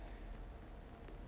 or soft toys